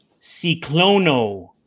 Ciclono